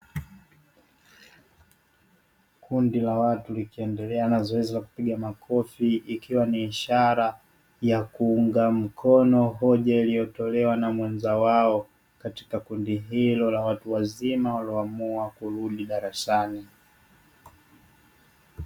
kundi la watu likiendelea na zoezi la kupiga makofi ikiwa ni ishara ya kuunga mkono hoja, iliyotolewa na mwenza wao katika kundi hilo la watu wazima walioamua kurudi darasani.